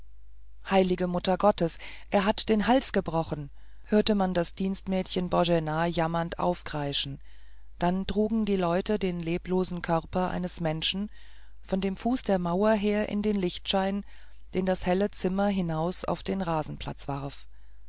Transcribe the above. heilige muttergottes er hat den hals gebrochen hörte man das dienstmädchen boena jammernd aufkreischen dann trugen die leute den leblosen körper eines menschen von dem fuß der mauer her in den lichtschein den das helle zimmer hinaus auf den rasenplatz warf